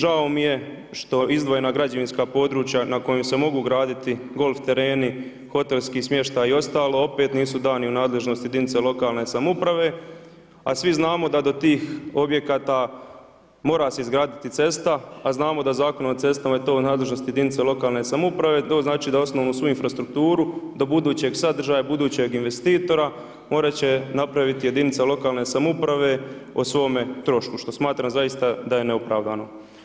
Žao mi je što izdvojena građevinska područja, na kojem se mogu graditi golf tereni, hotelski smještaj i ostalo, opet nisu dani u nadležnosti jedinica lokalne samouprave, a svi znamo da do tih objekata mora se izgraditi cesta, a znamo da Zakon o cestama je to nadležnost jedinica lokalne samouprave, to znači, da osnovnu svu infrastrukturu, do budućeg sadržaja, budućeg investitora morati će napraviti jedinica lokalne samouprave, o svome trošku, što smatram zaista da je neopravdano.